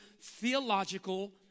theological